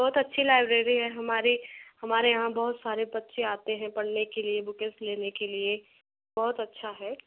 बहुत अच्छी लाइब्रेरी है हमारी हमारे यहाँ बहुत सारे बच्चे आते हैं पढ़ने के लिए बुकें उके लेने के लिए बहुत अच्छा है